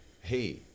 hey